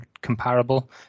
comparable